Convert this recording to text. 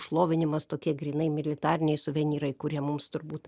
šlovinimas tokie grynai militariniai suvenyrai kurie mums turbūt